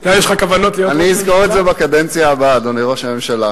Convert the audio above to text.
אני אזכור את זה בקדנציה הבאה, אדוני ראש הממשלה.